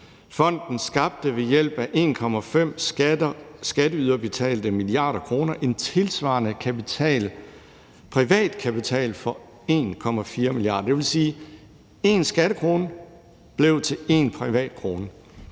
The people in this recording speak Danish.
Fonden skabte ved hjælp af 1,5 skatteyderbetalte mia. kr. en tilsvarende privatkapital på 1,4 mia. kr. Det vil sige, at 1 skattekrone blev til 1 privat krone.